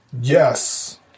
Yes